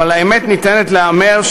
אבל האמת ניתנת להיאמר,